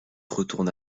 retourne